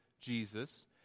Jesus